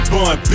Bun